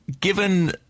Given